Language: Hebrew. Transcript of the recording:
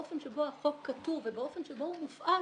באופן שבו החוק כתוב ובאופן שבו הוא מפועל,